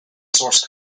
source